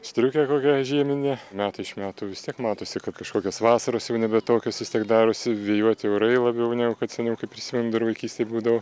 striukę kokią žieminę metai iš metų vis tiek matosi kad kažkokios vasaros jau nebe tokios vis tiek darosi vėjuoti orai labiau negu kad seniau kaip prisimenu dar vaikystėj būdavo